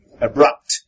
Abrupt